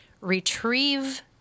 retrieve